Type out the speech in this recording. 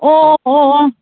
ꯑꯣ ꯑꯣ ꯑꯣ